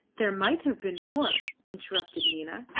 there might have been more, interrupted nina.